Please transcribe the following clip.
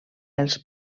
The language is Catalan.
els